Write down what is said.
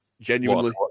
Genuinely